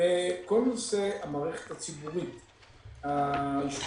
בכל נושא המערכת הציבורית האשפוזית,